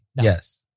Yes